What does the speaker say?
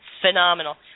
phenomenal